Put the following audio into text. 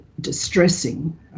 distressing